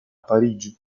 parigi